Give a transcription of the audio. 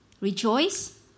Rejoice